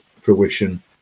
fruition